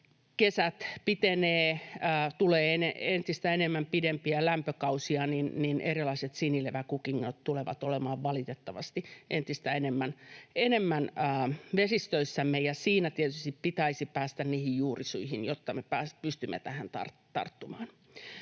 kesät pitenevät ja tulee entistä enemmän pidempiä lämpökausia, niin erilaiset sinileväkukinnot tulevat olemaan valitettavasti entistä enemmän vesistöissämme. Siinä tietysti pitäisi päästä niihin juurisyihin, jotta me pystymme tähän tarttumaan.